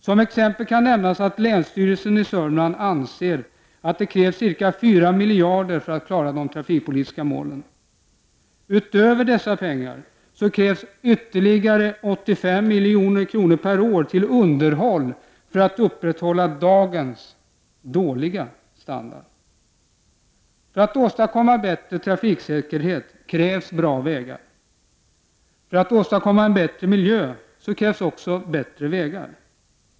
Som exempel kan nämnas att länsstyrelsen i Sörmland anser att det krävs 4 miljarder extra för att klara de trafikpolitiska målen. Utöver dessa krävs ytterligare 85 miljoner per år till underhåll för att upprätthålla dagens dåliga standard. För att åstadkomma bättre trafiksäkerhet krävs bra vägar. Också för att åstadkomma en bättre miljö krävs bättre vägar.